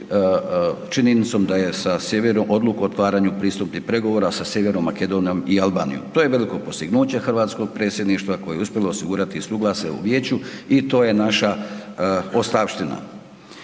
činjenicom da je sa sjevernom, odluku o otvaranju pristupnih pregovora sa Sjevernom Makedonijom i Albanijom. To je veliko postignuće hrvatskog predsjedništva koje je uspjelo osigurati suglasje u vijeću i to je naša ostavština.